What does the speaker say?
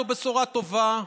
זאת בשורה טובה,